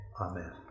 Amen